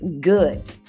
good